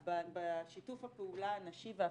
בשיתוף הפעולה הנשי והפמיניסטי.